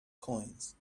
coins